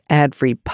ad-free